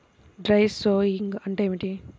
Dry sowing అంటే ఏమిటి?